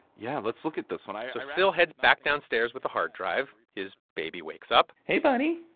yeah, let's look at this one so syl heads back downstairs with a hard drive. his baby wakes up hey, buddy.